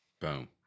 Boom